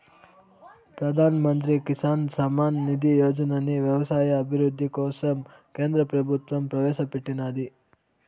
ప్రధాన్ మంత్రి కిసాన్ సమ్మాన్ నిధి యోజనని వ్యవసాయ అభివృద్ధి కోసం కేంద్ర ప్రభుత్వం ప్రవేశాపెట్టినాది